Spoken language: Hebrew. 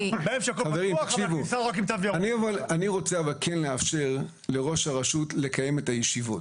אני רוצה כן לאפשר לראש הרשות לקיים את הישיבות.